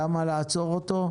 למה לעצור אותו?